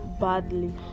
badly